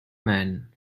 man